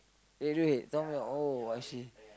Radiohead tell me oh I see